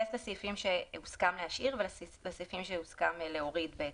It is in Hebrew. אז אני אתייחס לסעיפים שהוסכם להשאיר ולסעיפים שהוסכם להוריד.